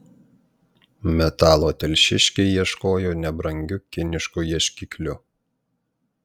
metalo telšiškiai ieškojo nebrangiu kinišku ieškikliu